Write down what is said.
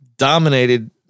Dominated